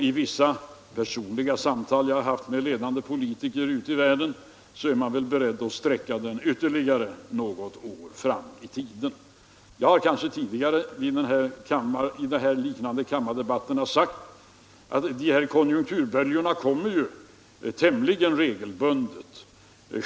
I vissa personliga samtal jag har haft med ledande politiker ute i världen är man beredd sträcka den ytterligare något år fram i tiden. Jag har kanske i liknande kammardebatter sagt att dessa konjunkturböljor kommer tämligen regelbundet.